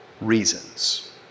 reasons